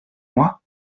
moi